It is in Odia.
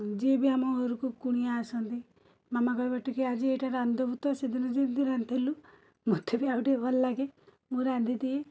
ଯିଏ ବି ଆମ ଘରକୁ କୁଣିଆ ଆସନ୍ତି ମାମା କହିବେ ଟିକିଏ ଆଜି ଏଇଟା ରାନ୍ଧି ଦବୁ ତ ସେଦିନ ଯେମତି ରାନ୍ଧିଥିଲୁ ମୋତେବି ଆଉ ଟିକିଏ ଭଲ ଲାଗେ ମୁଁ ରାନ୍ଧି ଦିଏ